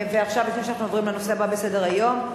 לפני שאנחנו עוברים לנושא הבא בסדר-היום,